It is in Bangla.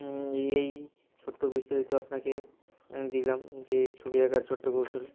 এই ছোট্ট বিস্তারিত আপনাকে দিলাম যে ছবি আঁকার ছোট্ট কৌশল